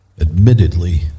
admittedly